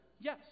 Yes